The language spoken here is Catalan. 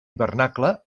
hivernacle